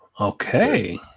Okay